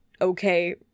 okay